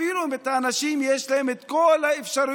אפילו אם יש לאנשים את כל האפשרויות